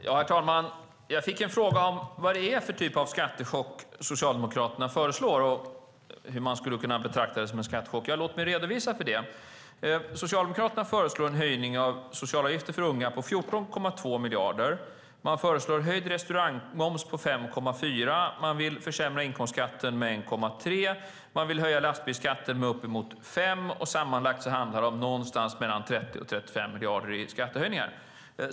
Herr talman! Jag fick frågan om vad det är för typ av skattehöjningar Socialdemokraterna föreslår och hur man kan betrakta det som en skattechock. Låt mig redogöra för det. Socialdemokraterna föreslår en höjning av socialavgifter för unga på 14,2 miljarder. De föreslår höjd restaurangmoms på 5,4 miljarder. De vill försämra inkomstskatten med 1,3 miljarder. De vill höja lastbilsskatten med uppemot 5 miljarder. Sammanlagt handlar det om någonstans mellan 30 och 35 miljarder i skattehöjningar.